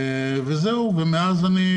זהו, מאז אני